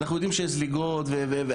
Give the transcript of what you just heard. אנחנו יודעים שיש זליגות והסבות,